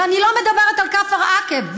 אני לא מדברת על כפר עקב,